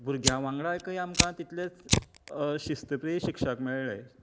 भुरग्यां वांगडाकय आमकां तितलेच शिस्तप्रीय शिक्षक मेळ्ळे